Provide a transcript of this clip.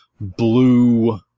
blue